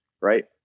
right